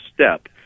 step